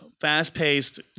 fast-paced